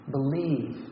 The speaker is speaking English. Believe